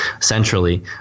centrally